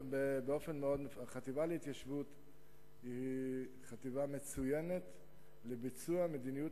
החטיבה להתיישבות היא חטיבה מצוינת לביצוע מדיניות